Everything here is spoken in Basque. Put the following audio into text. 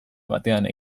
batean